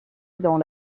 dans